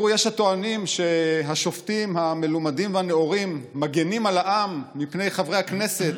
יש הטוענים שהשופטים המלומדים והנאורים מגינים על העם מפני חברי הכנסת,